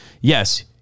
yes